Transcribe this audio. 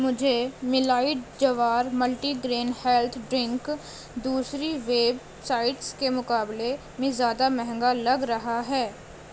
مجھے میلائٹ جوار ملٹی گرین ہیلتھ ڈرنک دوسری ویب سائٹس کے مقابلے میں زیادہ مہنگا لگ رہا ہے